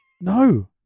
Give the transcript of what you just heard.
No